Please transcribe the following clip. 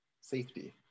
safety